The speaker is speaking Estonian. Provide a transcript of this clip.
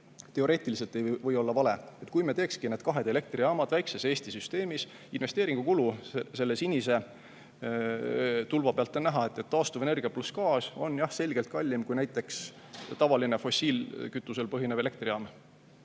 teoreetiliselt ei või olla vale, kui me teekski kahed elektrijaamad väikses Eesti süsteemis. Investeeringukulu on selle sinise tulba pealt näha: taastuvenergia pluss gaas on jah selgelt kallim kui näiteks tavaline fossiilkütusel põhinev elektrijaam.